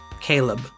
Caleb